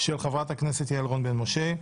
של חברת הכנסת יעל רון בן משה.